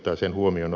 arvoisa puhemies